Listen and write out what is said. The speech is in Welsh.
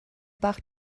bach